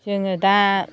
जोङो दा